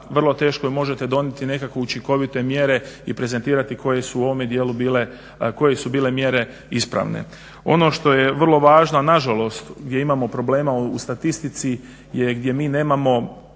vrlo teško možete donijeti nekakve učinkovite mjere i prezentirati koje su u ovome dijelu bile, koje su bile mjere ispravne. Ono što je vrlo važno, a na žalost gdje imamo problema u statistici je gdje mi nemamo